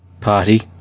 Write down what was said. Party